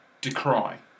decry